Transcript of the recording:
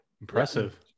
impressive